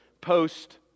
post